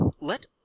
let